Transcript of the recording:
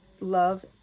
love